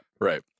Right